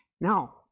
Now